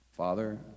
Father